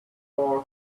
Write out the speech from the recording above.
far